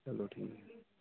चलो ठीक ऐ